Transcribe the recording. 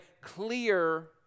clear